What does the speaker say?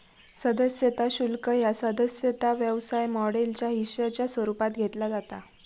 सदस्यता शुल्क ह्या सदस्यता व्यवसाय मॉडेलच्या हिश्शाच्या स्वरूपात घेतला जाता